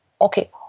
Okay